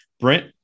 Brent